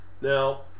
Now